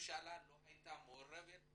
הממשלה לא הייתה מעורבת,